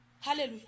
hallelujah